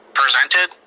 presented